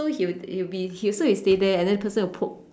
so he'll it'll be he so he stay there and the person will poke